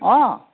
অ